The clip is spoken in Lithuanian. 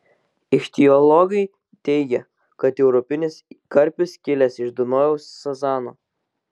ichtiologai teigia kad europinis karpis kilęs iš dunojaus sazano